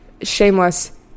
shameless